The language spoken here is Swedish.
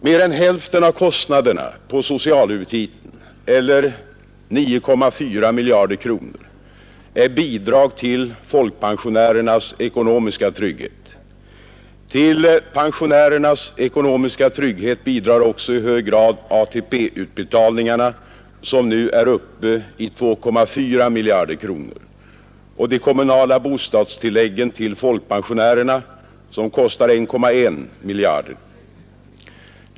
Mer än hälften av kostnaderna på socialhuvudtiteln, eller 9,4 miljarder kronor, är bidrag till folkpensionärernas ekonomiska trygghet. Till pensionärernas ekonomiska trygghet bidrar också i hög grad ATP-utbetalningarna, som nu är uppe i 2,4 miljarder kronor, och de kommunala bostadstilläggen till folkpensionärerna, som kostar 1,1 miljarder.